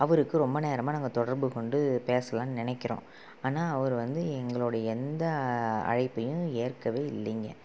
அவருக்கு ரொம்ப நேரமாக நாங்கள் தொடர்பு கொண்டு பேசலாம்னு நினக்கிறோம் ஆனால் அவர் வந்து எங்களோடைய எந்த அழைப்பையும் ஏற்கவே இல்லைங்க